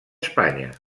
espanya